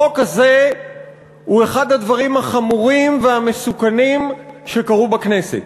החוק הזה הוא אחד הדברים החמורים והמסוכנים שקרו בכנסת.